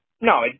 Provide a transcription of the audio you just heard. No